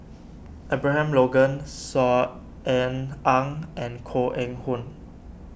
Abraham Logan Saw Ean Ang and Koh Eng Hoon